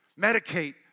medicate